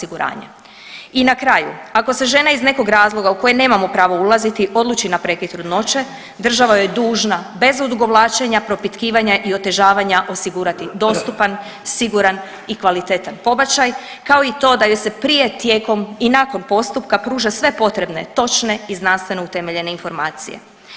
I na kraju ako se žene iz nekog razloga u koje nemamo pravo ulaziti odluči na prekid trudnoće, država joj je dužna bez odugovlačenja, propitkivanja i otežavanja osigurati, dostupan, siguran i kvalitetan pobačaj kao i to da joj se prije, tijekom i nakon postupka pruža sve potrebne točne i znanstveno utemeljene informacije.